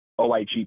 OIG